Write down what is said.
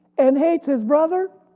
and hates his brother,